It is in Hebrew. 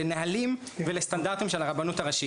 לנהלים ולסטנדרטים של הרבנות הראשית?